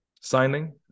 signing